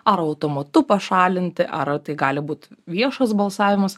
ar automatu pašalinti ar tai gali būt viešas balsavimas